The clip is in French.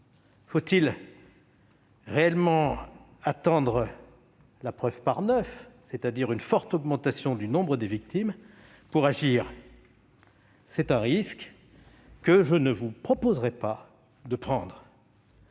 Faut-il réellement attendre la preuve par neuf, c'est-à-dire une forte augmentation du nombre de victimes, pour agir ? C'est un risque que je ne vous proposerai pas de prendre.